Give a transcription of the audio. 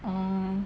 oh